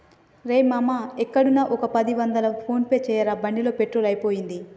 రేయ్ మామా ఎక్కడున్నా ఒక పది వందలు ఫోన్ పే చేయరా బండిలో పెట్రోల్ అయిపోయింది